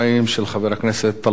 של חבר הכנסת טלב אלסאנע.